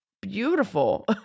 beautiful